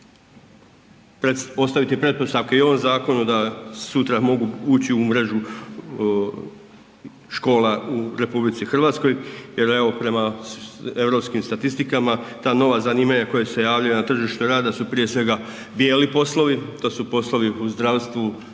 ostaviti pretpostavke i ovom zakonu da sutra mogu ući u mrežu škola u RH jer evo, prema europskim statistikama, ta nova zanimanja koja se javljaju na tržište rada su prije svega, bijeli poslovi, to su poslovi, to su